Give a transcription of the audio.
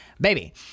baby